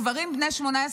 גברים בני 18,